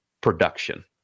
production